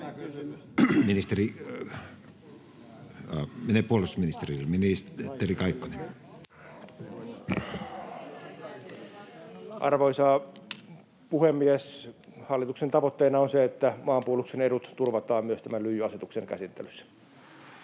Content: Arvoisa puhemies! Hallituksen tavoitteena on se, että maanpuolustuksen edut turvataan myös tämän lyijyasetuksen käsittelyssä.